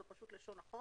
זה לשון החוק.